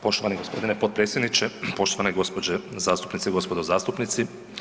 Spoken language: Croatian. Poštovani g. potpredsjedniče, poštovane gđe. zastupnice i gospodo zastupnici.